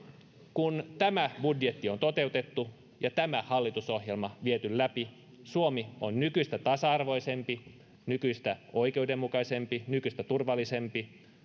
kun tämä budjetti on toteutettu ja tämä hallitusohjelma viety läpi suomi on nykyistä tasa arvoisempi nykyistä oikeudenmukaisempi nykyistä turvallisempi